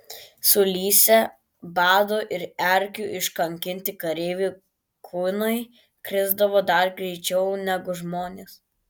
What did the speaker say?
sulysę bado ir erkių iškankinti kareivių kuinai krisdavo dar greičiau negu žmonės